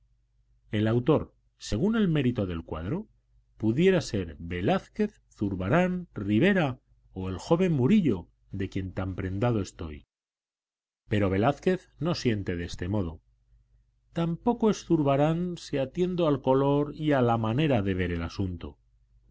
el autor según el mérito del cuadro pudiera ser velázquez zurbarán ribera o el joven murillo de quien tan prendado estoy pero velázquez no siente de este modo tampoco es zurbarán si atiendo al color y a la manera de ver el asunto